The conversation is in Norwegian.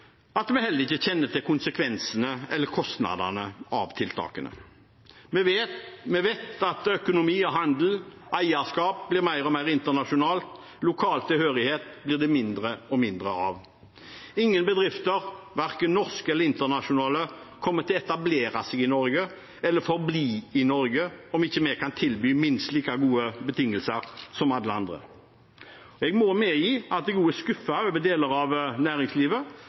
at vi heller ikke kjenner til konsekvensene eller kostnadene av tiltakene. Vi vet at økonomi, handel og eierskap blir mer og mer internasjonalt, og at lokal tilhørighet blir det mindre og mindre av. Ingen bedrifter, verken norske eller internasjonale, kommer til å etablere seg i Norge eller forbli i Norge, om ikke vi kan tilby minst like gode betingelser som alle andre. Jeg må medgi at jeg også er skuffet over deler av næringslivet